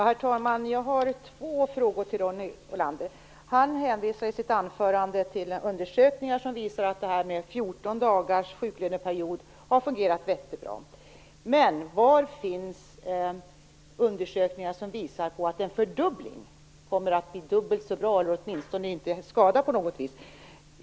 Herr talman! Jag har två frågor till Ronny Olander. Han hänvisar i sitt anförande till undersökningar som visar att det här med 14 dagars sjuklöneperiod har fungerat jättebra. Men var finns undersökningar som visar att en fördubbling kommer att bli dubbelt så bra eller åtminstone inte bli till skada?